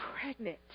pregnant